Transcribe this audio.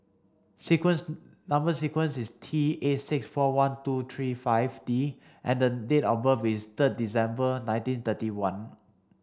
sequence number sequence is T eight six four one two three five D and date of birth is third December nineteen thirty one